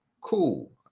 Cool